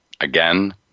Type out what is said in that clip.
again